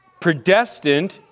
predestined